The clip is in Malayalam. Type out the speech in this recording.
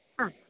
ആ